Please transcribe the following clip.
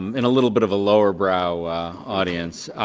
in a little bit of a lower brow audience.